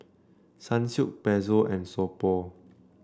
Sunsilk Pezzo and So Pho